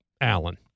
Allen